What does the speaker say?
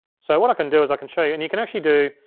so what i can do is i can show you, and you can actually do,